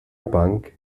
bank